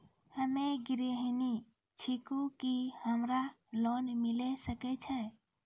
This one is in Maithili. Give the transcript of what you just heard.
हम्मे गृहिणी छिकौं, की हमरा लोन मिले सकय छै?